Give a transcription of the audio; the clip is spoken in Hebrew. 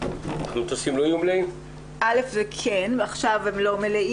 בכל הקשור לתקנות אלה ולהוראות נוספות הנוגעות להתמודדות